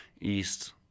east